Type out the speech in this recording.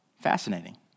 Fascinating